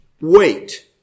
wait